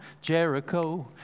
Jericho